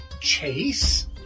chase